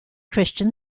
christian